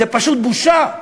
זה פשוט בושה.